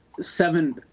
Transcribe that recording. seven